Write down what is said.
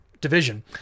division